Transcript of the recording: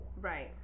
Right